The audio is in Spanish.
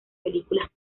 películas